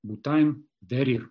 būtajam veryr